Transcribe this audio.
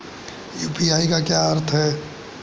UPI का क्या अर्थ है?